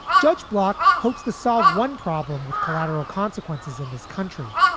judge block hopes to solve one problem with collateral consequences in this country.